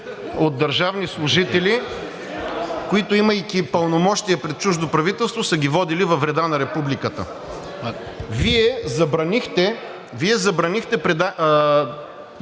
от държавни служители, които, имайки пълномощия пред чуждо правителство, са ги водили във вреда на Републиката. Вие забранихте заседанието